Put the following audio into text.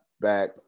back